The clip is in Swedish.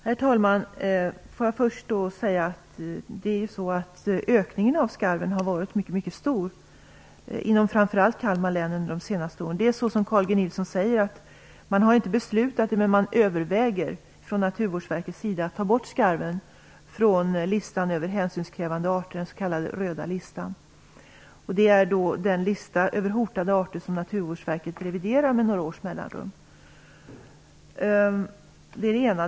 Herr talman! Låt mig först säga att ökningen av skarven har varit mycket stor, framför allt inom Kalmar län, under de senaste åren. Det är så som Carl G Nilsson säger att Naturvårdsverket överväger - man har inte beslutat det ännu - att ta bort skarven från listan över hänsynskrävande arter, den s.k. röda listan. Det är den lista över hotade arter som Naturvårdsverket reviderar med några års mellanrum. Det är det ena.